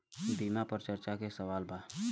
बीमा पर चर्चा के सवाल बा?